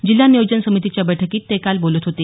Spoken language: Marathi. जिल्हा नियोजन समितीच्या बैठकीत ते काल बोलत होते